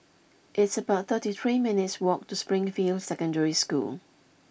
it's about thirty three minutes' walk to Springfield Secondary School